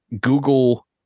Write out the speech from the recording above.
Google